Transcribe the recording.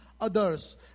others